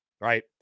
right